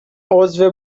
عضو